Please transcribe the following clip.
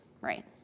Right